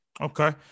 Okay